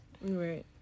right